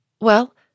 Well